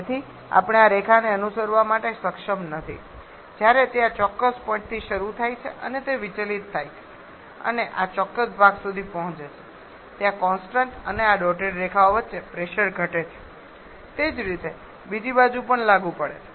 તેથી આપણે આ રેખાને અનુસરવા માટે સક્ષમ નથી જ્યારે તે આ ચોક્કસ પોઈન્ટથી શરૂ થાય છે અને તે વિચલિત થાય છે અને આ ચોક્કસ ભાગ સુધી પહોંચે છે ત્યાં કોન્સટંટ અને આ ડોટેડ રેખાઓ વચ્ચે પ્રેશર ઘટે છે તે જ રીતે બીજી બાજુ પણ લાગુ પડે છે